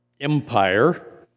empire